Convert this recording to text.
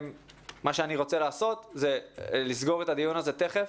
מה שאני רוצה לעשות זה לסגור את הדיון הזה תכף,